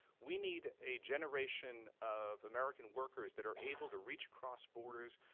we need a generation of american workers that are able to reach across borders,